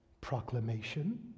proclamation